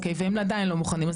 אוקי והם עדיין לא מוכנים,